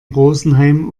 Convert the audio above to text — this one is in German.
rosenheim